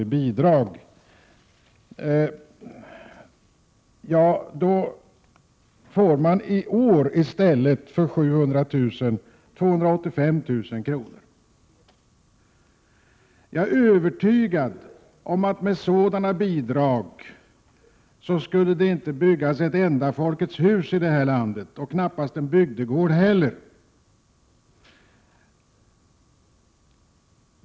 i bidrag får man i år 285 000 kr. i stället för 700 000 kr. Jag är övertygad om att med sådana bidrag skulle det inte byggas ett enda Folkets hus i det här landet och knappast en bygdegård heller.